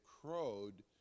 crowed